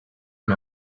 and